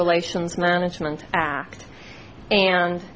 relations management act and